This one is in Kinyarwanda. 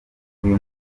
uyu